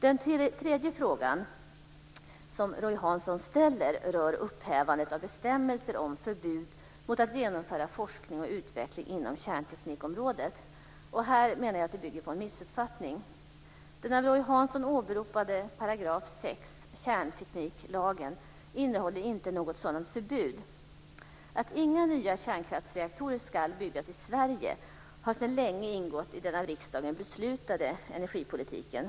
Den tredje frågan som Roy Hansson ställer rör upphävande av bestämmelser om förbud mot att genomföra forskning och utveckling inom kärnteknikområdet. Det här menar jag bygger på en missuppfattning. Den av Roy Hansson åberopade 6 § kärntekniklagen innehåller inte något sådant förbud. Att inga nya kärnkraftsreaktorer ska byggas i Sverige har sedan länge ingått i den av riksdagen beslutade energipolitiken.